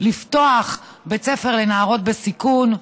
או לפתוח בית ספר לנערות בסיכון,